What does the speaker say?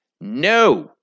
No